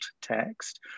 text